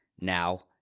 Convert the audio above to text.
now